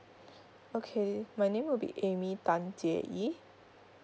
okay my name will be amy tan jie ee